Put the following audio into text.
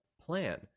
plan